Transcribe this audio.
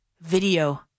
video